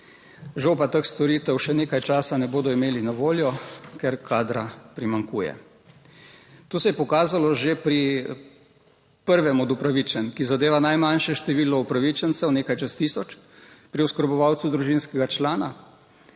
Žal pa teh storitev še nekaj časa ne bodo imeli na voljo, ker kadra primanjkuje. To se je pokazalo že pri prvem od upravičenj, ki zadeva najmanjše število upravičencev nekaj čez tisoč, pri oskrbovancu družinskega člana,